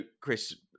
Chris